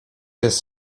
jest